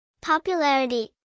Popularity